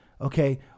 Okay